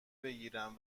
بگیرم